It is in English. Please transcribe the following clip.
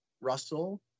Russell